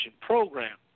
program